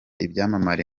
ibyamamare